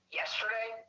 yesterday